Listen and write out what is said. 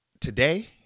Today